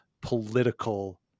political